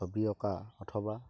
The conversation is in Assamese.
ছবি অঁকা অথবা